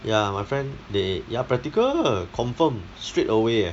ya my friend they ya practical lah confirm straight away eh